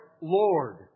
Lord